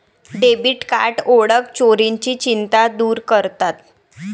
debit card ओळख चोरीची चिंता दूर करतात